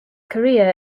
career